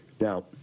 Now